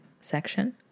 section